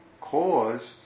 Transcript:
caused